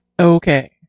Okay